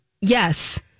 Yes